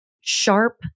sharp